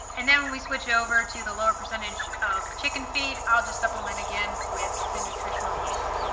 and then when we switch over to the lower percentage of chicken feed i'll just supplement again with the nutritional yeast.